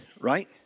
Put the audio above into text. right